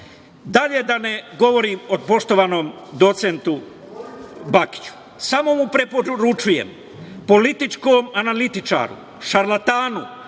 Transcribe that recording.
da ne govorim o poštovanom docentu Bakiću. Samo mu preporučujem, političkom analitičaru, šarlatanu,